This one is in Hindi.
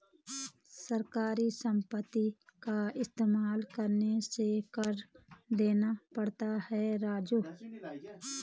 सरकारी संपत्ति का इस्तेमाल करने से कर देना पड़ता है राजू